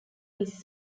his